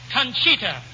Conchita